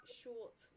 short